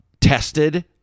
tested